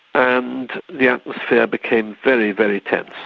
and the atmosphere became very, very tense.